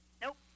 Nope